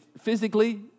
Physically